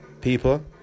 people